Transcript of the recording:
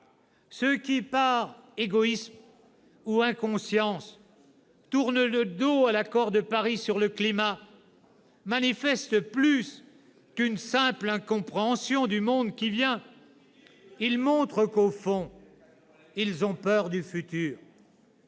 Ceux qui, par égoïsme ou inconscience, tournent le dos à l'accord de Paris sur le climat manifestent plus qu'une simple incompréhension du monde qui vient. Ils montrent que, au fond, ils ont peur du futur.